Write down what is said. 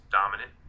dominant